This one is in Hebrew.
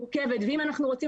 גם מבחינה